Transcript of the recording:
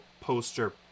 poster